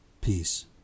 Peace